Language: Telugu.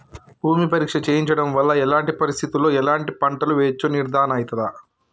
భూమి పరీక్ష చేయించడం వల్ల ఎలాంటి పరిస్థితిలో ఎలాంటి పంటలు వేయచ్చో నిర్ధారణ అయితదా?